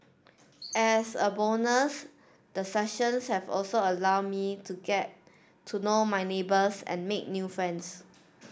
as a bonus the sessions have also allowed me to get to know my neighbours and make new friends